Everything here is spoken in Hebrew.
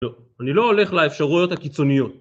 לא, אני לא הולך לאפשרויות הקיצוניות.